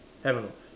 have or not